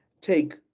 take